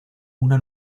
una